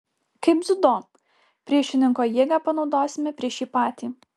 kaip dziudo priešininko jėgą panaudosime prieš jį patį